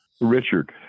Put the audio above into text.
Richard